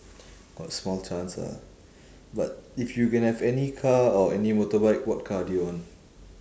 got small chance ah but if you can have any car or any motorbike what car do you want